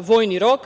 vojni rok,